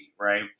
right